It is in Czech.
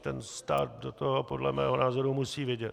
Ten stát do toho podle mého názoru musí vidět.